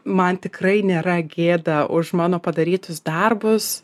man tikrai nėra gėda už mano padarytus darbus